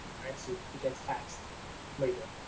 and so it gets taxed later.